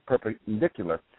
perpendicular